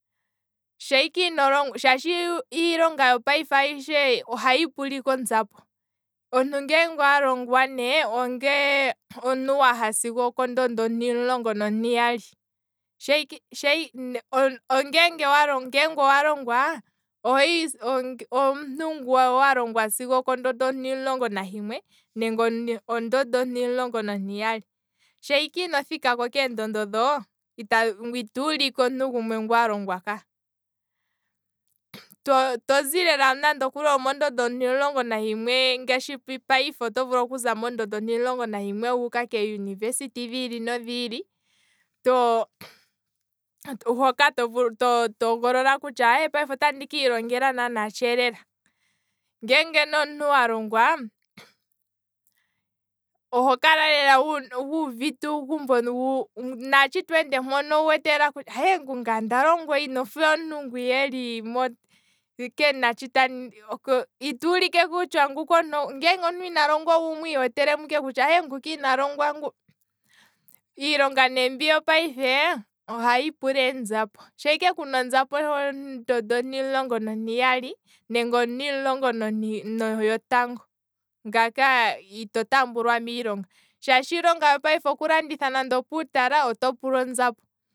Sheyi ke ino longwa, shaashi iilonga yopayife ohayi pula ike onzapo, omuntu ngu alongwa ne. ongu aha sigo okongundu ontimulongo nontiyali, ongeenge walongwa, omuntu ngu walongwa sigo okongundu ontimulongo nahimwe nenge ongundu ontimulongo nontiyali, shaa ino thikako keengundu dhoka, ito ulike wafa omuntu alongwa ka, tozi lela mondondo ontimulongo nahimwe, ngaashi payife oto vulu okuza mongundu ontimulongo nahimwe wuuka keeuniversity dhiili nodhiili, hoka to, to hogolola kutya aye payife otandi kiilongela naana tshe lela, ngeenge omuntu alongwa, oho kala lela wuuvite uugumbo, tweende mpono ototi aye ngye onda longwa inandifa omuntu nguu eli mpeya ita ulike kutya nguka omuntu ngeenge ina longwa owu mwiiwetelemo ike kutya nguka ina longwa, iilonga ne yopayife ohayi pula eenzapo, shaa ike kuna onzapo nande oho ngundu ontimulongo nontiyali nenge ontimulongo noyotango ngaaka ito tambulwa miilonga, shaashi iilonga yopayife nande okulanditha puutala oto pulwa onzapo